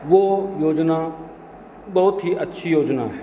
वह योजना बहुत ही अच्छी योजना है